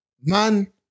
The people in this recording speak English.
Man